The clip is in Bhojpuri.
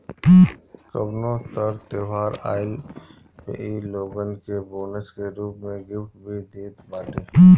कवनो तर त्यौहार आईला पे इ लोगन के बोनस के रूप में गिफ्ट भी देत बाटे